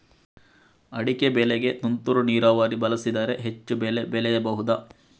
ಅಡಿಕೆ ಬೆಳೆಗೆ ತುಂತುರು ನೀರಾವರಿ ಬಳಸಿದರೆ ಹೆಚ್ಚು ಬೆಳೆ ಬೆಳೆಯಬಹುದಾ?